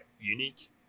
unique